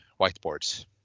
whiteboards